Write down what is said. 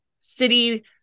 city